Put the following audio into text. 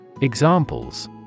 Examples